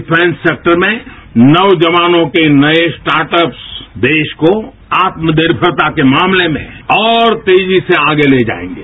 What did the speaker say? defence sector में नौजवानों के नए स्टार्ट अप्स देश को आत्मनिर्मरताके मामले में और तेजी से आगे ले जाएंगे